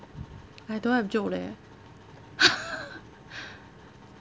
I don't have joke leh